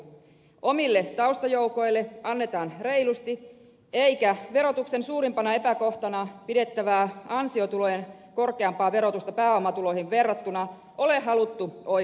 omille taustajoukoille annetaan reilusti eikä verotuksen suurimpana epäkohtana pidettävää ansiotulojen korkeampaa verotusta pääomatuloihin verrattuna ole haluttu oikaista